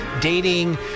dating